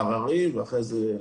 לערערי, ואחרי זה מחוזי.